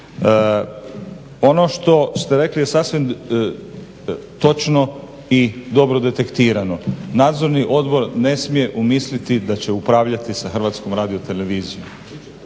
Ono što ste rekli je sasvim točno i dobro detektirano. Nadzorni odbor ne smije umisliti da će upravljati sa Hrvatskom radio televizijom.